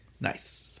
nice